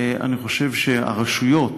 אני חושב שהרשויות,